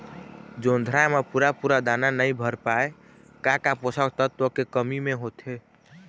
जोंधरा म पूरा पूरा दाना नई भर पाए का का पोषक तत्व के कमी मे होथे?